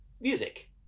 music